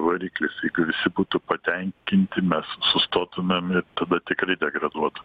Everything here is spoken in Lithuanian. variklis jeigu visi būtų patenkinti mes sustotumėm ir tada tikrai degraduotų